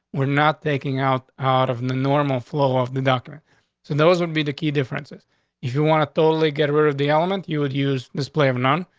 we're not taking out out of the normal flow off the doctor, so those would be the key differences. if you want to totally get rid of the element you would use display of none.